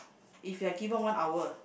if you're given one hour